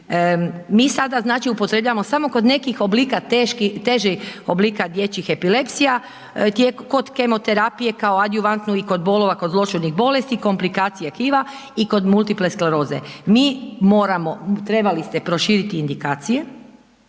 znači, upotrebljavamo samo kod nekih oblika, težih oblika dječjih epilepsija, kod kemoterapije kao adiovantnu i kod bolova kod zloćudnih bolesti, komplikacije tkiva i kod multiple skleroze. Mi moramo, trebali ste proširiti indikacije